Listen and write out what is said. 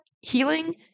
healing